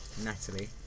Natalie